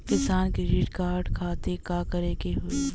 किसान credit card खातिर का करे के होई?